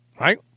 right